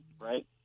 right